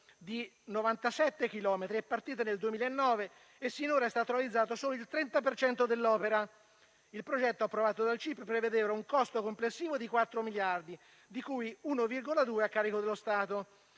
chilometri, è partita nel 2009 e sinora ne è stato realizzato solo il 30 per cento. Il progetto, approvato dal CIPE, prevedeva un costo complessivo di 4 miliardi, di cui 1,2 a carico dello Stato,